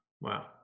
wow